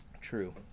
True